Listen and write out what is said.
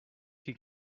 can